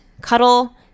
Cuddle